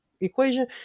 equation